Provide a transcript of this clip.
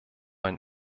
ein